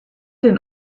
den